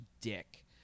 dick